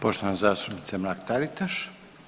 Poštovana zastupnica Mrak-Taritaš.